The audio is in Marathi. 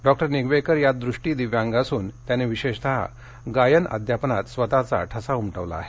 डॉक्टर निगवेकर या दृष्टी दिव्यांग असून त्यांनी विशेषतः गायन अध्यापनात स्वतःचा ठसा उमटविला आहे